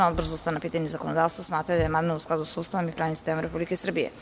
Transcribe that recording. Odbor za ustavna pitanja i zakonodavstvo smatra da je amandman u skladu sa Ustavom i pravnim sistemom Republike Srbije.